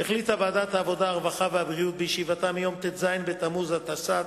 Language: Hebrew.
הישיבה הבאה תתקיים ביום שני, כ"א בתמוז התשס"ט,